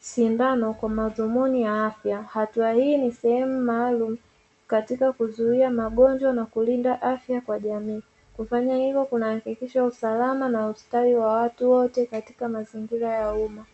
sindano kwa madhumuni ya afya. Hatua hii ni sehemu maalumu katika kuzuia magonjwa na kulinda afya kwa jamii. Kufanya hivyo kuna hakikisha usalama na ustawi wa watu wote katika mazingira ya umma.